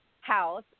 house